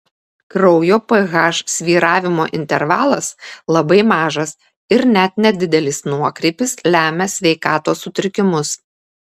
kraujo ph svyravimo intervalas labai mažas ir net nedidelis nuokrypis lemia sveikatos sutrikimus